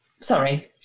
Sorry